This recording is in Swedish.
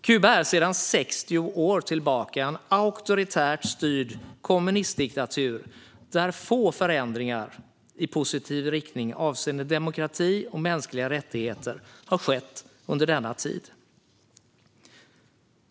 Kuba är sedan 60 år tillbaka en auktoritärt styrd kommunistdiktatur där få förändringar i positiv riktning avseende demokrati och mänskliga rättigheter har skett.